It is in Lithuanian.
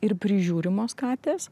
ir prižiūrimos katės